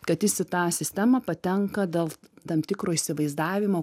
kad jis į tą sistemą patenka dėl tam tikro įsivaizdavimo